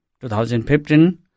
2015